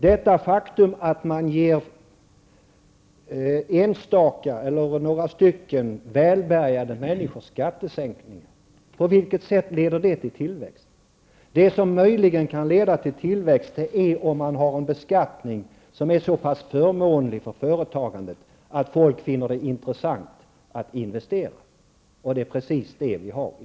Detta faktum att man ger några få välbärgade människor skattesänkningar, på vilket sätt leder det till tillväxt? Det som möjligen kan leda till tillväxt är en beskattning som är så pass förmånlig för företagandet att folk finner det intressant att investera. Det är precis det vi har i